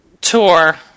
tour –